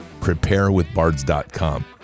Preparewithbards.com